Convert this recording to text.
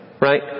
right